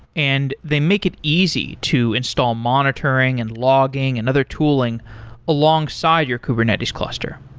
and they make it easy to install monitoring and logging and other tooling alongside your kubernetes cluster.